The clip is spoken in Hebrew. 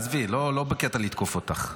עזבי, לא בקטע לתקוף אותך.